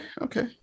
Okay